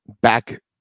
back